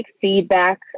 feedback